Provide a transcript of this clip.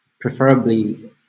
preferably